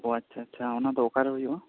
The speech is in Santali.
ᱳ ᱟᱪᱪᱷᱟ ᱟᱪᱪᱷᱟ ᱚᱱᱟ ᱫᱚ ᱚᱠᱟᱨᱮ ᱦᱩᱭᱩᱜᱼᱟ